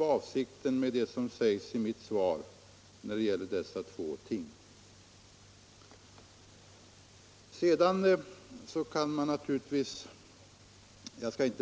Avsikten med mitt svar när det gällde dessa två ting var att säga att de drabbar alla lika hårt.